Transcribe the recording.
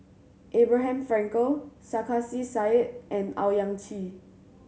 Abraham Frankel Sarkasi Said and Owyang Chi